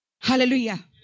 Hallelujah